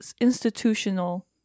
institutional